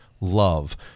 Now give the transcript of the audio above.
love